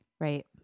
Right